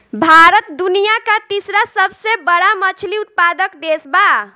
भारत दुनिया का तीसरा सबसे बड़ा मछली उत्पादक देश बा